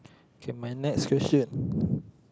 okay my next question